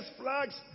flags